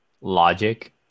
logic